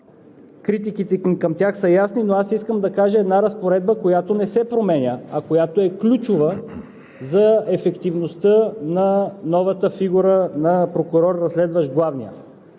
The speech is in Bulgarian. критиките към тях са ясни, но аз искам да кажа една разпоредба, която не се променя, а тя е ключова за ефективността на новата фигура на прокурор, разследващ главния.